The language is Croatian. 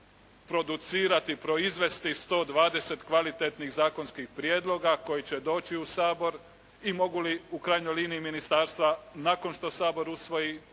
producirati, proizvesti 120 kvalitetnih zakonskih prijedloga koji će doći u Sabor i mogu li u krajnjoj liniji ministarstva nakon što Sabor usvoji